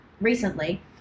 recently